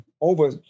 over